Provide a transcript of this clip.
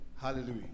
Hallelujah